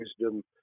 wisdom